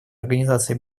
организация